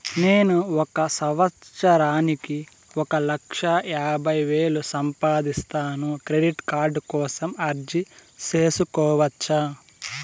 నేను ఒక సంవత్సరానికి ఒక లక్ష యాభై వేలు సంపాదిస్తాను, క్రెడిట్ కార్డు కోసం అర్జీ సేసుకోవచ్చా?